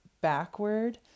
backward